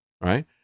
right